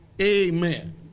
Amen